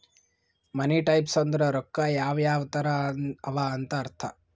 ಮನಿ types ಅಂದುರ್ ರೊಕ್ಕಾ ಯಾವ್ ಯಾವ್ ತರ ಅವ ಅಂತ್ ಅರ್ಥ